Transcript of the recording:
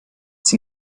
sie